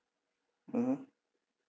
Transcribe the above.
mmhmm